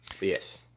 yes